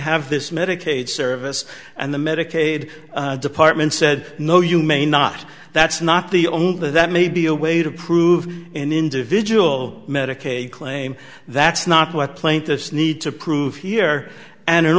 have this medicaid service and the medicaid department said no you may not that's not the only that may be a way to prove an individual medicaid claim that's not what plaintiffs need to prove here and